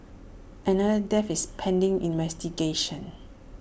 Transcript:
another death is pending investigation